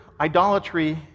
idolatry